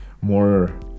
more